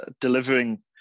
delivering